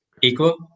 equal